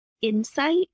insight